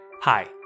Hi